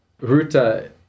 ruta